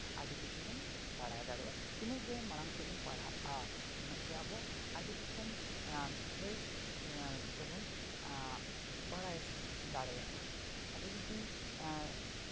ᱟᱹᱰᱤ ᱠᱤᱪᱷᱩ ᱵᱚᱱ ᱵᱟᱲᱟᱭ ᱫᱟᱲᱮᱭᱟᱜᱼᱟ ᱛᱤᱱᱟᱹᱜ ᱜᱮ ᱢᱟᱲᱟᱝ ᱥᱮᱫ ᱵᱚᱱ ᱯᱟᱲᱦᱟᱜᱼᱟ ᱩᱱᱟᱹᱜ ᱜᱮ ᱟᱵᱚ ᱟᱹᱰᱤ ᱨᱚᱠᱚᱢ ᱵᱤᱥᱚᱭ ᱛᱮᱵᱚᱱ ᱟᱵᱚ ᱵᱟᱲᱟᱭ ᱫᱟᱲᱮᱭᱟᱜᱼᱟ ᱟᱵᱚ ᱡᱩᱫᱤ